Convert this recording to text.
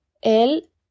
El